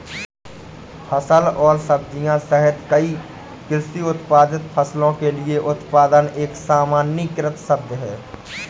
फल और सब्जियां सहित कई कृषि उत्पादित फसलों के लिए उत्पादन एक सामान्यीकृत शब्द है